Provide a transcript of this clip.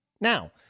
Now